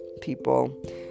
people